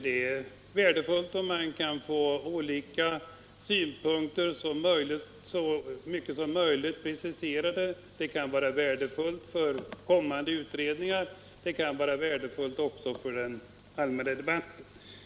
Det är värdefullt om man kan få olika synpunkter preciserade så mycket som möjligt — det kan vara värdefullt för kommande utredningar och det kan vara värdefullt också för den allmänna debatten.